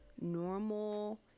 normal